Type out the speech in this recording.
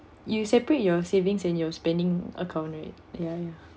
you separate your savings and your spending account right ya ya